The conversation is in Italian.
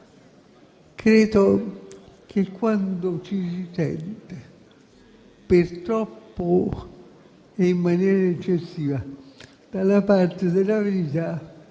dire che, quando ci si sente per troppo tempo e in maniera eccessiva dalla parte della verità,